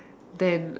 then